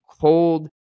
cold